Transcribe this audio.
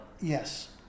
yes